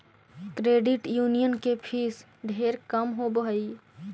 credit union के fees ढेर कम होब हई